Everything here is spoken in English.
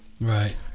Right